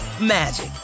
magic